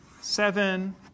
seven